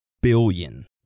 billion